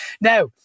Now